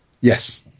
Yes